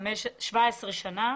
17 שנה